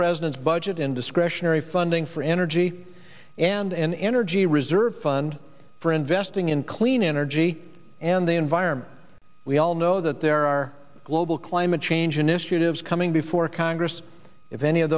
president's budget in discretionary funding for energy and an energy reserve fund for investing in clean energy and the environment we all know that there are global climate change initiatives coming before congress if any of